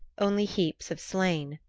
only heaps of slain.